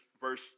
verse